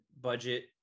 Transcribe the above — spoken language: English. budget